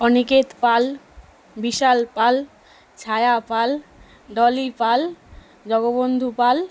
Aniket Pal Bishal Pal Chhaya Pal Dolly Pal Jagabandhu Pal